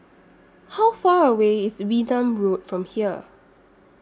How Far away IS Wee Nam Road from here